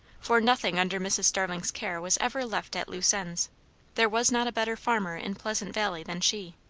for nothing under mrs. starling's care was ever left at loose ends there was not a better farmer in pleasant valley than she.